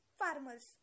farmers